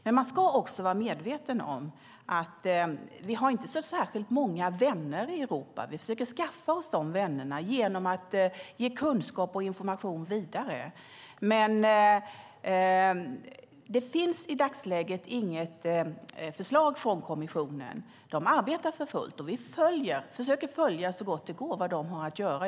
Man ska dock också vara medveten om att vi inte har särskilt många vänner i Europa. Vi försöker skaffa oss de vännerna genom att ge kunskap och information vidare. Det finns dock i dagsläget inget förslag från kommissionen. De arbetar för fullt, och vi försöker så gott det går att följa vad de har att göra.